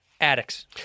addicts